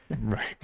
right